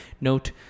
Note